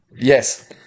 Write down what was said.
Yes